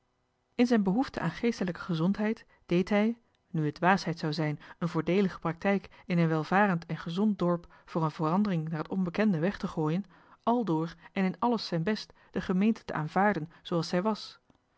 in zijn behoefte aan geestelijke gezondheid deed hij nu het dwaasheid zou zijn een voordeelige praktijk in een welvarend en gezond dorp voor een verandering johan de meester de zonde in het deftige dorp naar het onbekende weg te gooien aldoor en in alles zijn best de gemeente te aanvaarden zooals zij was